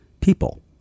people